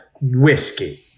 whiskey